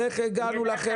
איך הגענו לחרפה הזאת.